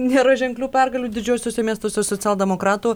nėra ženklių pergalių didžiuosiuose miestuose socialdemokratų